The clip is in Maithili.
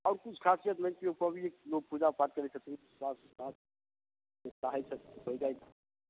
आओर किछु खासियत नहि छै लोग पूजा पाठ करै छथिन जे चाहै छै होइ जाइ छै